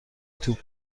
توپ